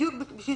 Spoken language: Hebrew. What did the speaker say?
בדיוק בשביל